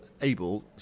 able